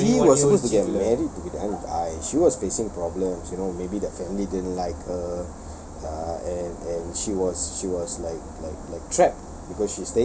she was supposed to get married with another guy she was facing problems you know maybe the family didn't like her uh and and she was she was like like like trapped